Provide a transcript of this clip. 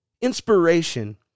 Inspiration